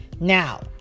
Now